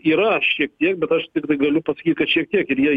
yra šiek tiek bet aš tiktai galiu pasakyti kad šiek tiek ir jie